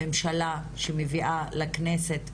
הממשלה שמביאה לכנסת,